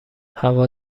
هوا